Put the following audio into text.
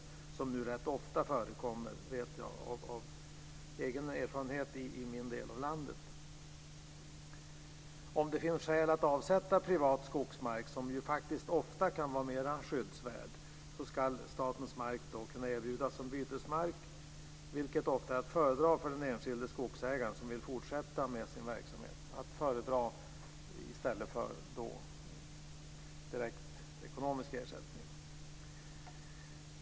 Det är något som nu rätt ofta förekommer, det vet jag av egen erfarenhet från min del av landet. Om det finns skäl att avsätta privat skogsmark, som ju faktiskt ofta kan vara mer skyddsvärd, ska statens mark kunna erbjudas som bytesmark. Det är för den enskilde skogsägare som vill fortsätta med sin verksamhet ofta att föredra framför direkt ekonomisk ersättning.